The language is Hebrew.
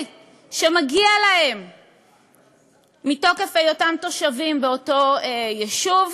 שמגיע להם מתוקף היותם תושבים באותו ישוב.